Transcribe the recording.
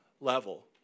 level